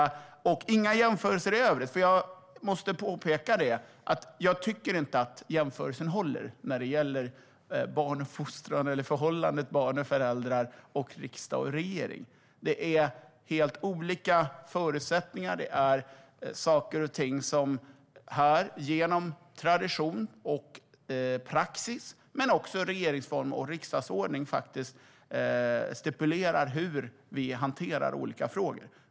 Jag gör inga jämförelser i övrigt, för jag måste påpeka att jag inte tycker att jämförelsen håller när det gäller barnuppfostran och förhållandet barn-föräldrar och riksdag-regering. Det är helt olika förutsättningar. Här är det tradition och praxis men också regeringsformen och riksdagsordningen som stipulerar hur vi ska hantera olika frågor.